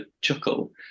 chuckle